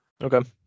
okay